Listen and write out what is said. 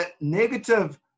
negative